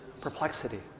perplexity